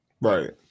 right